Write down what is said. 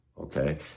Okay